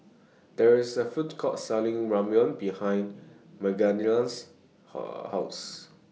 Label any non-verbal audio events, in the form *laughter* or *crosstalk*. There IS A Food Court Selling Ramyeon behind Magdalena's *unintelligible* House